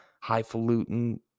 highfalutin